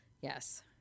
Yes